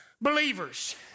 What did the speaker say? believers